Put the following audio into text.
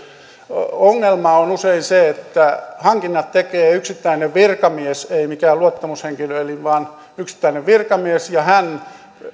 ongelma on usein se että hankinnat tekee yksittäinen virkamies ei mikään luottamushenkilö vaan yksittäinen virkamies ja hän